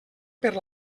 per